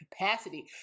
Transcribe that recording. capacity